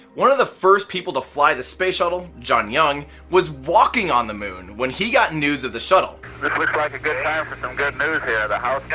one of the first people to fly the space shuttle, john young was walking on the moon when he got news of the shuttle. this looks like a good time for some good news here. the house